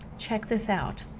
check this out.